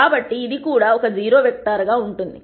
కాబట్టి ఇది కూడా ఒక 0 వెక్టర్ గా ఉంటుంది